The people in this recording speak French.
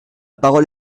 parole